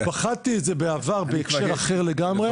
בחנתי את זה בעבר במקרה אחר לגמרי --- אבל